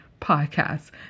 podcasts